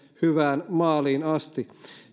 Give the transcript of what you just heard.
hyvään maaliin asti